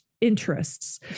interests